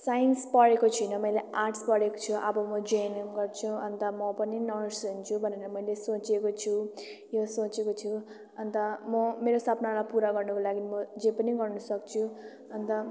science पढेको छुइनँ मैले आर्ट्स पढेको छु अब म जिएनएम गर्छु अन्त म पनि नर्स हुन्छु भनेर मैले सोचेको छु यो सोचेको छु अन्त म मेरो सपनालाई पुरा गर्नुको लागि म जे पनि गर्नसक्छु अन्त